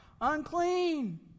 unclean